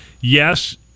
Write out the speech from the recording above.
yes